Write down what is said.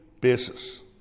basis